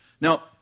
Now